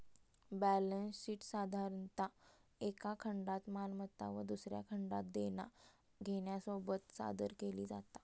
balance शीटसाधारणतः एका खंडात मालमत्ता व दुसऱ्या खंडात देना घेण्यासोबत सादर केली जाता